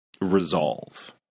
resolve